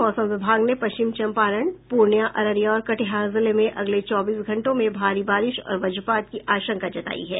मौसम विभाग ने पश्चिम चम्पारण पूर्णियां अररिया और कटिहार जिले में अगले चौबीस घंटों में भारी बारिश और वज्रपात की आशंका जतायी है